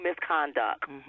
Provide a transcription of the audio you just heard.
misconduct